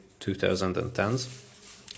2010s